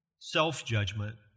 self-judgment